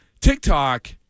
TikTok